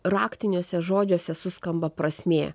raktiniuose žodžiuose suskamba prasmė